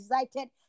excited